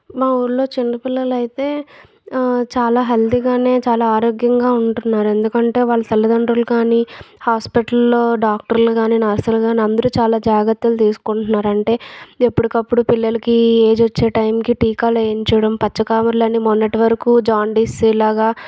మా ఊర్లో చిన్న పిల్లలయితే చాలా హెల్దీగానే చాలా ఆరోగ్యంగా ఉంటున్నారు ఎందుకంటే వాళ్ళు తల్లిదండ్రులు కానీ హాస్పిటల్లో డాక్టర్లు గానీ నర్సులు కానీ అందరూ చాలా జాగ్రత్తలు తీసుకున్నారంటే ఎప్పటికప్పుడు పిల్లలకి ఏజ్ వచ్చే టైం కి టీకాలేయించడం పచ్చ కామెర్లని మొన్నటి వరకు జాండీస్ ఇలాగా